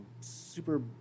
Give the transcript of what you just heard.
super